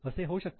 असे होऊ शकते का